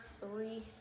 three